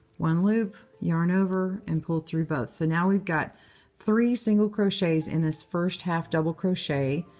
one loop, yarn over, and pull through both. so now, we've got three single crochets in this first half double crochet,